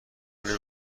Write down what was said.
نمی